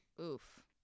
Oof